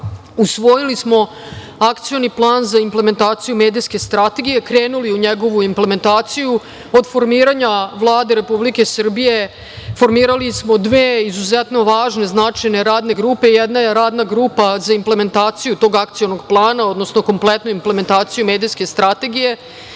usvojili smo Akcioni plan za implementaciju medijske strategije, krenuli u njegovu implementaciju. Od formiranja Vlade Republike Srbije formirali smo dve izuzetno važne, značajne radne grupe. Jedna je Radna grupa za implementaciju tog akcionog plana, odnosno kompletnu implementaciju medijske strategije